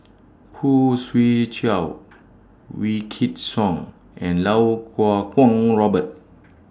Khoo Swee Chiow Wykidd Song and Iau Kuo Kwong Robert